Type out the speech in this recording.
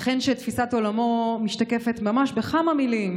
ייתכן שתפיסת עולמו משתקפת ממש בכמה מילים